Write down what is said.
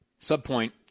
Subpoint